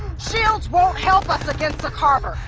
shields won't help us against a carver!